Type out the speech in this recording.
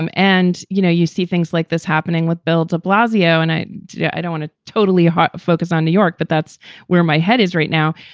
um and, you know, you see things like this happening with bill de blasio. and i yeah i don't want to totally ah focus on new york, but that's where my head is right now.